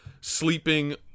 sleeping